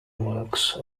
works